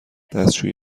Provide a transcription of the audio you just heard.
دستشویی